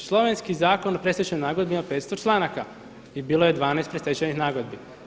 Slovenski zakon u predstečajnoj nagodbi ima 500 članaka i bilo je 12 predstečajnih nagodbi.